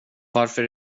varför